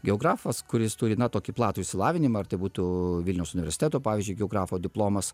geografas kuris turi na tokį platų išsilavinimą ir tai būtų vilniaus universiteto pavyzdžiui geografo diplomas